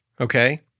Okay